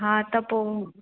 हा त पोइ